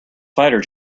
fighter